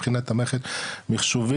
מבחינת המערכת המחשובית,